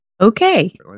Okay